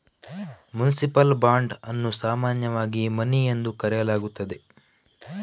municipal bond ಅನ್ನು ಸಾಮಾನ್ಯವಾಗಿ money ಎಂದು ಕರೆಯಲಾಗುತ್ತದೆ